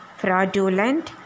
fraudulent